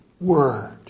Word